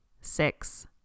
six